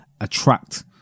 attract